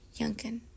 Youngkin